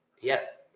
Yes